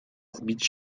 zbić